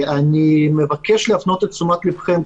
אני מבקש להפנות את תשומת ליבכם,